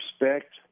respect